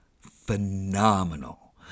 phenomenal